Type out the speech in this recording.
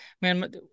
Man